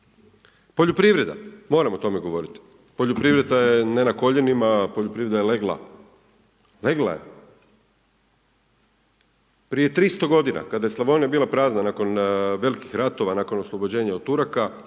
Poljoprivreda, moram o tome govoriti. Poljoprivreda je ne na koljenima, legla je. Prije 300 godina kada je Slavonija bila prazna nakon velikih ratova, nakon oslobođenja od Turaka,